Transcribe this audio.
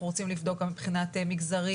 אנחנו רוצים לבדוק גם מבחינה מגזרית,